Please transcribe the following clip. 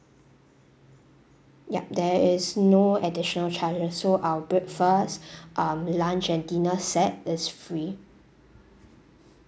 yup there is no additional charges so our breakfast um lunch and dinner set is free